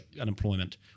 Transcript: unemployment